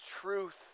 truth